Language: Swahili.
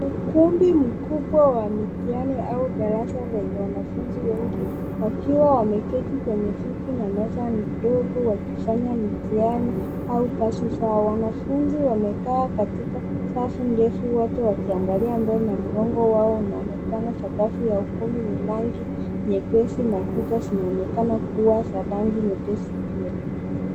Ukumbi mkubwa wa mitihani au darasa lenye wanafunzi wengi wakiwa wameketi kwenye viti na meza midogo wakifanya mitihani au kazi zao. Wanafunzi wamekaa katika safu ndefu wote wakiangalia mbele na mgongo wao unaonekana sakafu ya ukumbi ni rangi nyepesi na kuta zinaonekana kuwa za rangi nyepesi pia.